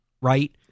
right